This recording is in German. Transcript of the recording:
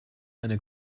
eine